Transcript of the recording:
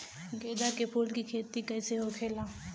गेंदा के फूल की खेती कैसे होखेला?